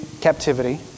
captivity